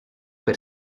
per